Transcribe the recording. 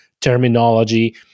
terminology